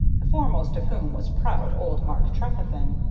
the foremost of whom was proud old mark trefethen,